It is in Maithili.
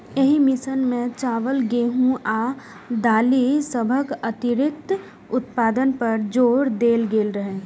एहि मिशन मे चावल, गेहूं आ दालि सभक अतिरिक्त उत्पादन पर जोर देल गेल रहै